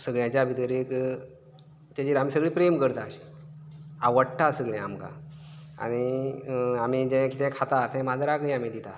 सगळ्यांच्या भितर एक तेचेर आमी सगळीं प्रेम करताशीं आवडटा सगळ्यांक आमकां आनी आमी जें कितें खाता तें माजराकय आमी दितात